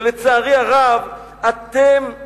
ולצערי הרב, אתם,